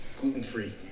Gluten-free